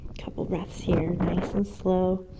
couple breaths here, nice and slow.